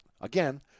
again